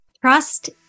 Trust